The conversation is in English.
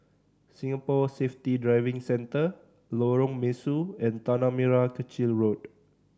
Singapore Safety Driving Centre Lorong Mesu and Tanah Merah Kechil Road